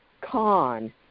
con